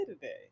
today